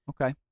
Okay